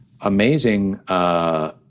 amazing